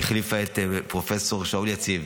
היא החליפה את פרופ' שאול יציב,